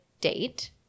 date